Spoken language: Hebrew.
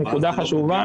נקודה חשובה,